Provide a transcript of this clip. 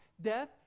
death